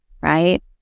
Right